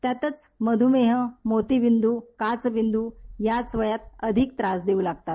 त्यातच मधूमेह मोतीबिंदू काचविंदू याच वयात अधिक त्रास देऊ लागतात